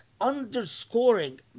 underscoring